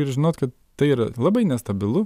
ir žinot kad tai yra labai nestabilu